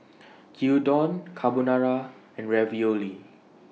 Gyudon Carbonara and Ravioli